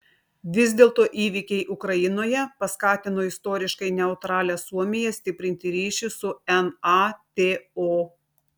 vis dėlto įvykiai ukrainoje paskatino istoriškai neutralią suomiją stiprinti ryšius su nato